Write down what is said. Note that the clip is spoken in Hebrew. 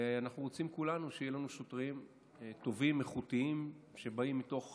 וכולנו רוצים שיהיו לנו שוטרים טובים ואיכותיים שבאים מתוך